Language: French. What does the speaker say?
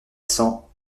cents